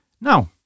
Now